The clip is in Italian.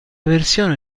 versione